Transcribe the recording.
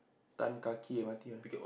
Tan-Kah-Kee M_R_T mana